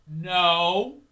No